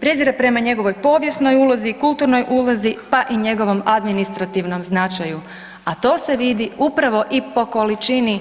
Prezira prema njegovoj povijesnoj ulozi, kulturnoj ulozi, pa i njegovom administrativnom značaju, a to se vidi upravo i po količini,